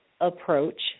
approach